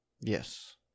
Yes